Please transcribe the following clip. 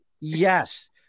Yes